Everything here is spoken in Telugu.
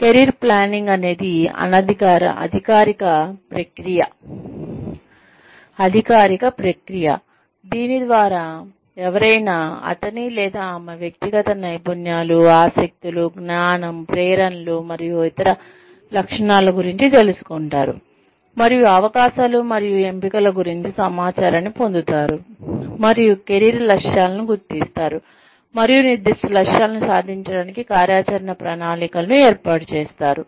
కెరీర్ ప్లానింగ్ అనేది అధికారిక ప్రక్రియ దీని ద్వారా ఎవరైనా అతని లేదా ఆమె వ్యక్తిగత నైపుణ్యాలు ఆసక్తులు జ్ఞానం ప్రేరణలు మరియు ఇతర లక్షణాల గురించి తెలుసుకుంటారు మరియు అవకాశాలు మరియు ఎంపికల గురించి సమాచారాన్ని పొందుతారు మరియు కెరీర్ లక్ష్యాలను గుర్తిస్తారు మరియు నిర్దిష్ట లక్ష్యాలను సాధించడానికి కార్యాచరణ ప్రణాళికలను ఏర్పాటు చేస్తారు